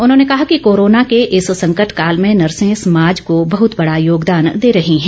उन्होंने कहा कि कोरोना के इस संकट काल में नर्से समाज को बहुत बड़ा योगदान दे रही हैं